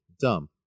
dumb